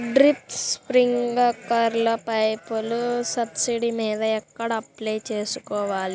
Drip, స్ప్రింకర్లు పైపులు subsidy మీద ఎక్కడ అప్లై చేసుకోవాలి?